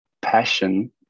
passion